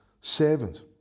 servant